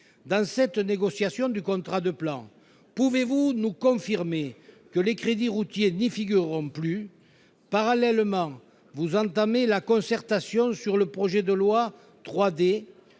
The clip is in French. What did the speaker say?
Dans cette négociation du contrat de plan, pouvez-vous nous confirmer que les crédits routiers n'y figureront plus ? Parallèlement, vous entamez la concertation sur le projet de loi dit